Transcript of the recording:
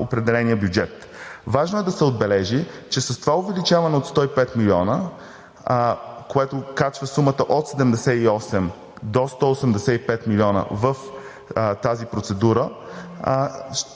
определения бюджет. Важно е да се отбележи, че с това увеличаване от 105 милиона, което качва сумата от 78 до 185 милиона, в тази процедура